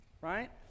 Right